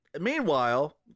Meanwhile